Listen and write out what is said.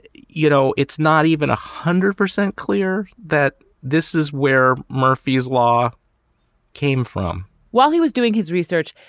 you know, it's not even a hundred percent clear that this is where murphy's law came from while he was doing his research,